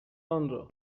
آنرا